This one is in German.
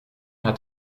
hat